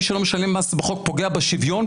מי שלא משלם מס בחוק פוגע בשוויון,